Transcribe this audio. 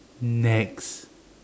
next